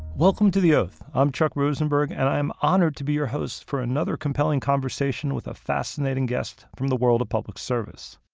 welcome to the oath. i'm chuck rosenberg, and i'm honored to be your host for another compelling conversation with a fascinating guest from the world of public service.